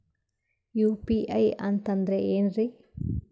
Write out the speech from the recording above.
UPI ಅಂತಂದ್ರೆ ಏನ್ರೀ?